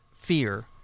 Fear